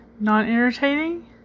Non-irritating